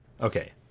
Okay